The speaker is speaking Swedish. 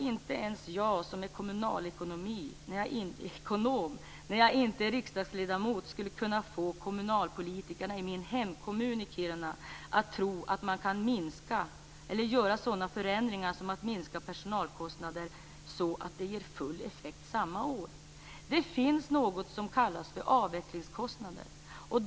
Inte ens jag som är kommunalekonom när jag inte är riksdagsledamot skulle kunna få kommunalpolitikerna i min hemkommun Kiruna att tro att man kan genomföra sådana förändringar som att minska på personalkostnaderna så att det ger full effekt samma år. Det finns något om kallas för avvecklingskostnader.